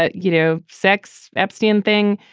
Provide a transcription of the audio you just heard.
ah you know sex epstein thing.